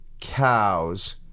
cows